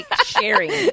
sharing